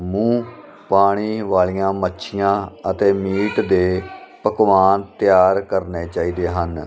ਮੂੰਹ ਪਾਣੀ ਵਾਲੀਆਂ ਮੱਛੀਆਂ ਅਤੇ ਮੀਟ ਦੇ ਪਕਵਾਨ ਤਿਆਰ ਕਰਨੇ ਚਾਹੀਦੇ ਹਨ